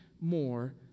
more